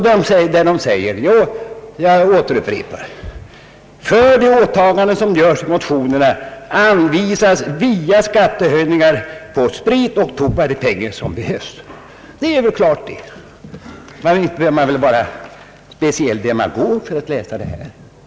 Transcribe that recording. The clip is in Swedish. Jag upprepar citatet: »Men för de åtaganden som görs i motionerna anvisas via skattehöjningar på sprit och tobak de pengar som behövs.» Detta är väl klart! Inte behöver man vara speciell demagog för att läsa det här såsom jag gjort det.